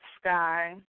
sky